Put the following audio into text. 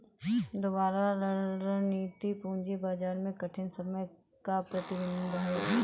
दुबला रणनीति पूंजी बाजार में कठिन समय का प्रतिबिंब है